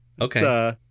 Okay